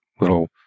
little